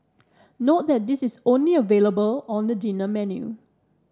note that this is only available on the dinner menu